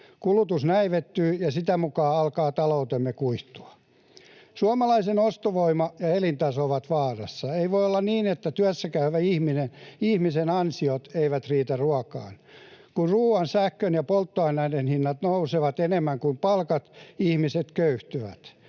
Kulutus näivettyy, ja sitä mukaa alkaa taloutemme kuihtua. Suomalaisen ostovoima ja elintaso ovat vaarassa. Ei voi olla niin, että työssäkäyvän ihmisen ansiot eivät riitä ruokaan. Kun ruoan, sähkön ja polttoaineiden hinnat nousevat enemmän kuin palkat, ihmiset köyhtyvät.